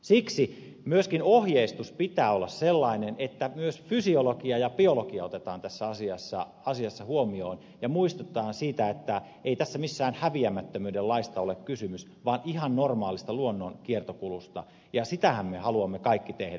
siksi myöskin ohjeistuksen pitää olla sellainen että myös fysiologia ja biologia otetaan tässä asiassa huomioon ja muistetaan että ei tässä missään häviämättömyyden laista ole kysymys vaan ihan normaalista luonnon kiertokulusta ja sitähän me haluamme kaikki tehdä